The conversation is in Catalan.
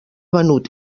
venut